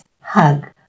hug